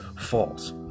false